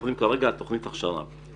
אנחנו כרגע בשלב ההכשרה.